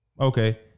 Okay